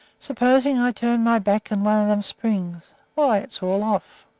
suppose i turn my back and one of them springs why, it's all off.